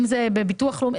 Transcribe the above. אולי בביטוח הלאומי,